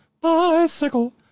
bicycle